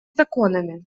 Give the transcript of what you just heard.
законами